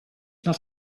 not